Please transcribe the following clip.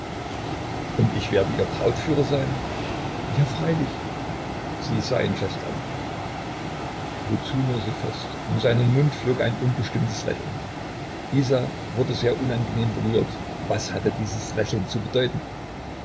und ich werde ihr brautführer sein ja freilich sie sah ihn fest an wozu nur so fest um seinen mund flog ein unbestimmtes lächeln isa wurde sehr unangenehm berührt was hatte dies lächeln zu bedeuten